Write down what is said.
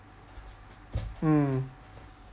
hmm